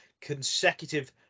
consecutive